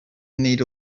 need